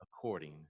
according